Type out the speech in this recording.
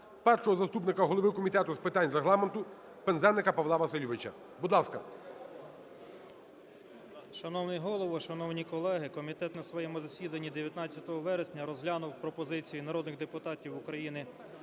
першого заступника голови Комітету з питань Регламенту Пинзеника Павла Васильовича. Будь ласка. 11:02:57 ПИНЗЕНИК П.В. Шановний Голово, шановні колеги! Комітет на своєму засіданні 19 вересня розглянув пропозиції народних депутатів України